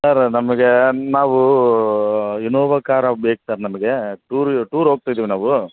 sir ನಮಗೆ ನಾವು Innova car ಬೇಕು ಸರ್ ನಮಗೆ ಟೂರು ಟೂರ್ ಹೋಗ್ತಿದೀವಿ ನಾವು